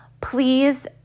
please